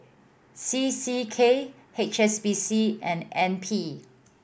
C C K H S B C and N P